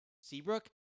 seabrook